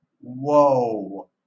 Whoa